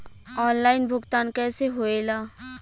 Online भुगतान कैसे होए ला?